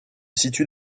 situe